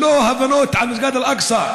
ללא הבנות על מסגד אל-אקצא,